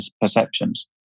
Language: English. perceptions